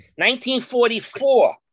1944